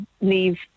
leave